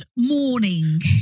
Morning